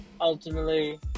Ultimately